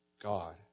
God